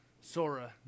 Sora